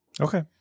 Okay